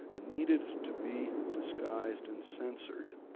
and needed to be disguised and censored.